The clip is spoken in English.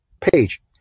page